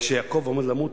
וכשיעקב עמד למות,